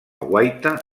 guaita